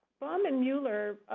baum and mueller,